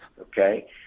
Okay